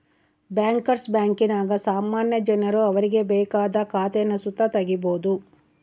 bankers ಬ್ಯಾಂಕಿನಾಗ ಸಾಮಾನ್ಯ ಜನರು ಅವರಿಗೆ ಬೇಕಾದ ಖಾತೇನ ಸುತ ತಗೀಬೋದು